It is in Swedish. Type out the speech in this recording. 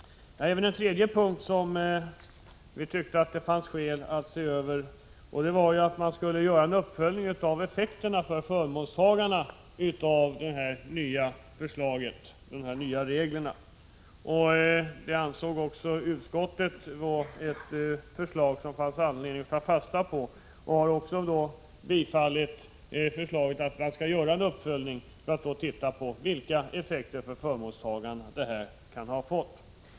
Vi tyckte också att det fanns skäl att se över propositionsförslaget på en tredje punkt. Enligt vår mening borde man göra en uppföljning av effekterna för förmånstagarna av de nya reglerna. Även utskottet ansåg att det var ett förslag som det fanns anledning att ta fasta på. Utskottet har därför tillstyrkt förslaget om att man skall göra en uppföljning för att undersöka vilka effekter detta kan ha fått för förmånstagarna.